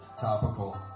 Topical